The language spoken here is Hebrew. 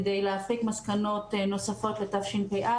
כדי להסיק מסקנות נוספות לתשפ"א.